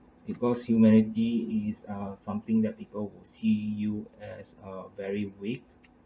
because humility is ah something that people will see you as uh very weak